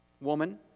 Woman